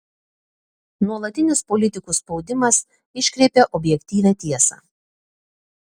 nuolatinis politikų spaudimas iškreipia objektyvią tiesą